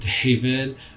David